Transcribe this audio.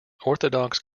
orthodox